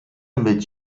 mit